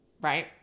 right